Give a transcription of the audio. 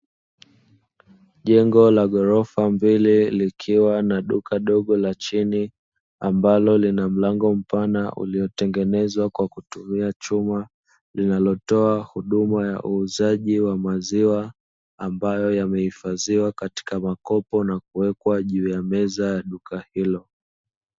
Jengo la ghorofa mbili likiwa na duka dogo kwa chini lililona mlango mpana uliotengenezwa kwa linalotoa uuzaji wa maziwa, ambayo yamehifadhiwa katika makopo na kuwekwa juu ya meza la duka hilo.